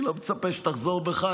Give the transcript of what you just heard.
אני לא מצפה שתחזור בך.